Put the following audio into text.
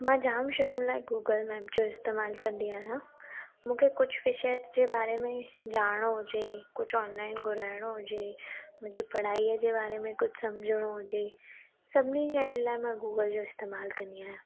मां जाम शयुनि लाइ गूगल मैप जो इस्तेमालु कंदी आहियां मूंखे कुझु विषय जे बारे ॼाणणो हुजे कुझु ऑनलाइन घुरायइणो हुजे मुंहिंजे पढ़ाईअ जे बारे में कुझु सम्झणो हुजे सभिनी शयुनि लाइ मां गूगल जो इस्तेमालु कंदी आहियां